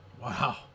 Wow